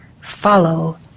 Follow